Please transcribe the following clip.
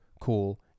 cool